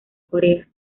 corea